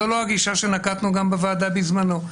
זו לא הגישה שנקטנו גם בוועדה בזמנו.